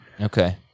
Okay